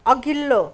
अघिल्लो